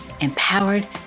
empowered